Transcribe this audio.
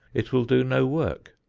it will do no work.